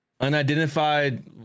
Unidentified